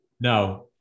Now